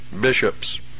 bishops